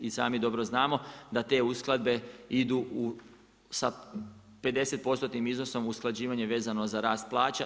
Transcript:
I sami dobro znamo da te uskladbe idu sa 50%-tnim iznosom usklađivanje vezano za rast plaća.